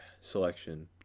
selection